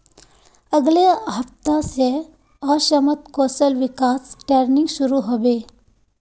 अगले सप्ताह स असमत कौशल विकास ट्रेनिंग शुरू ह बे